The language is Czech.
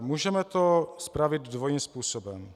Můžeme to spravit dvojím způsobem.